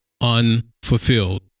unfulfilled